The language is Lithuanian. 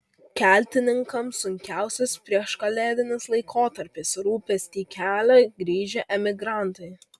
keltininkams sunkiausias prieškalėdinis laikotarpis rūpestį kelia grįžę emigrantai